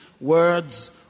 words